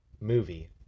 movie